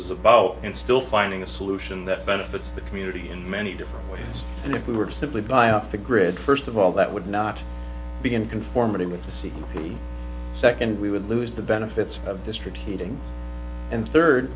is about in still finding a solution that benefits the community in many different ways and if we were to simply buy off the grid first of all that would not be in conformity with the secrecy second we would lose the benefits of district heating and third